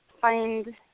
find